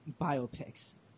biopics